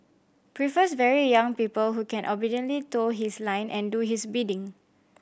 prefers very young people who can obediently toe his line and do his bidding